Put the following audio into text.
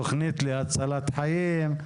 תכנית להצלת חיים.